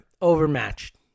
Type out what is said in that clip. overmatched